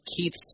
Keith's